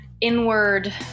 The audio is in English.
inward